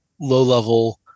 low-level